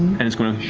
and is going to